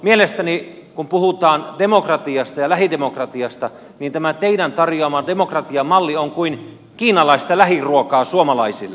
mielestäni kun puhutaan demokratiasta ja lähidemokratiasta tämä teidän tarjoamanne demokratiamalli on kuin kiinalaista lähiruokaa suomalaisille